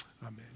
Amen